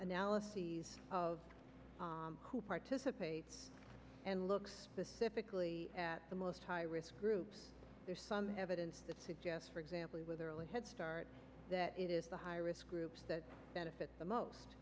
analyses of who participates and look specifically at the most high risk groups there's some evidence that suggests for example with early head start that it is the high risk groups that benefit the most